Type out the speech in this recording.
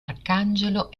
arcangelo